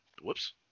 Whoops